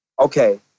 Okay